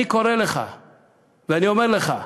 אני קורא לך ואני אומר לך: